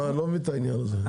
אני לא מבין את העניין הזה.